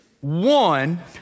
One